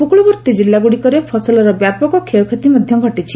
ଉପକୂଳବର୍ତ୍ତୀ ଜିଲ୍ଲାଗୁଡ଼ିକରେ ଫସଲର ବ୍ୟାପକ କ୍ଷୟକ୍ଷତି ମଧ୍ୟ ଘଟିଛି